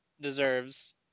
deserves